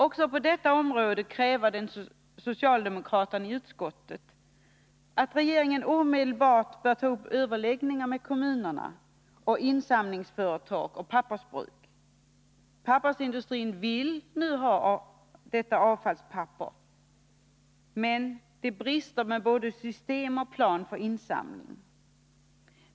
Också på detta område kräver vi socialdemokrater i utskottet att regeringen omedelbart skall ta upp överläggningar med kommuner, insamlingsföretag och pappersbruk. Pappersindustrin vill nu ha detta avfallspapper, men det brister i både system och plan för insamlingen.